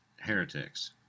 heretics